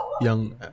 young